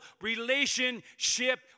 relationship